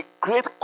Great